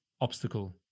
obstacle